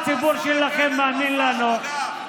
מנסור, תסמן לבנט שיעשה לך מסאז' בגב.